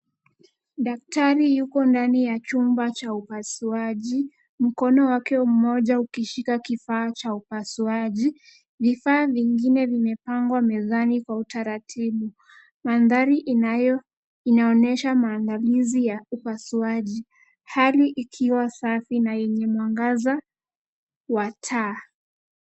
Daktrai yuko ndani ya chumba cha upasuaji. Mkono wake mmoja ukishika kifaa cha upasuaji. Vifaa vingine vimepangwa mezani kwa utaratibu. Mandhari inayo, inaonyesha maandalizi ya upasuaji. Hali ikiwa safi na yenye mwangaza, wa taa.